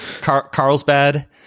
Carlsbad